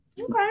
Okay